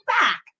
back